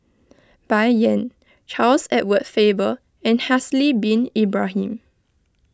Bai Yan Charles Edward Faber and Haslir Bin Ibrahim